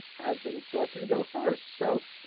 i've been selected to go first. so